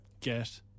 Get